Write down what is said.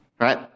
right